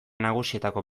nagusietako